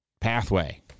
pathway